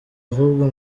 ahubwo